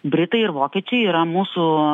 britai ir vokiečiai yra mūsų